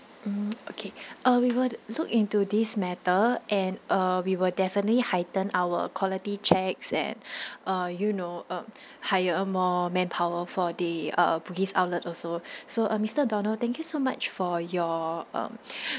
mm okay uh we will look into this matter and uh we will definitely heighten our quality checks and uh you know um hire more manpower for the uh bugis outlet also so uh mister donald thank you so much for your um